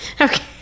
Okay